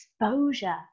exposure